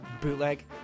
Bootleg